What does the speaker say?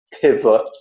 pivot